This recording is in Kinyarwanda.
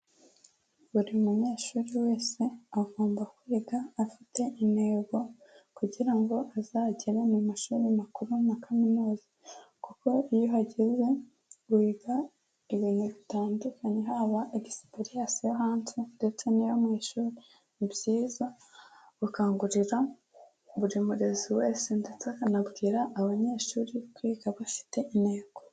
Buri munyeshuri wese agomba kwiga afite intego, kugira ngo azagere mu mashuri makuru na kaminuza. Kuko iyo uhageze wiga ibintu bitandukanye, haba egisiperiyase yo hanze ndetse n'iyo mu ishuri. Ni byiza gukangurira buri murezi wese ndetse akanabwira abanyeshuri kwiga bafite intego.